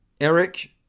Eric